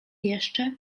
jeszcze